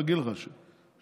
"דירה להשכיר", כן.